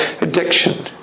addiction